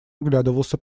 оглядывался